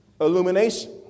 Illumination